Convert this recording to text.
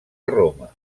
roma